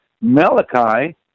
Malachi